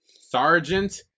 Sergeant